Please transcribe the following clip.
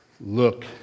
look